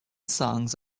songs